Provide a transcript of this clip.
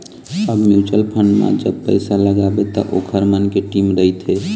अब mutual fund म जब पइसा लगाबे त ओखर मन के टीम रहिथे